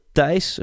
Thijs